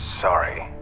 Sorry